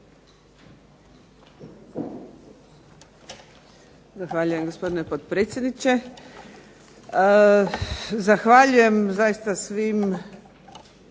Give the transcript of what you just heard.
Zahvaljujem gospodine potpredsjedniče. Zahvaljujem zaista svim